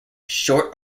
short